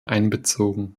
einbezogen